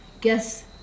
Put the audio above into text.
guess